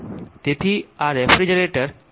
તેથી આ રેફ્રિજરેટર કાર્યરત છે